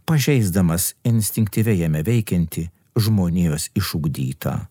pažeisdamas instinktyviai jame veikiantį žmonijos išugdytą